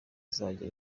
azajya